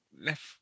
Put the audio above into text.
left